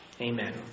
Amen